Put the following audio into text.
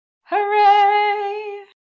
Hooray